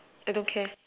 I don't care